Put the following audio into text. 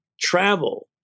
travel